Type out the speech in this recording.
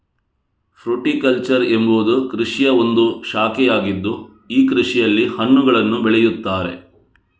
fruticulture ಎಂಬುವುದು ಕೃಷಿಯ ಒಂದು ಶಾಖೆಯಾಗಿದ್ದು ಈ ಕೃಷಿಯಲ್ಲಿ ಹಣ್ಣುಗಳನ್ನು ಬೆಳೆಯುತ್ತಾರೆ